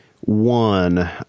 one